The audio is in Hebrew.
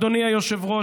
אדוני היושב-ראש,